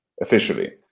officially